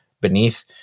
beneath